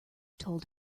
told